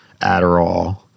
Adderall